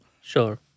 Sure